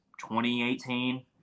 2018